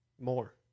More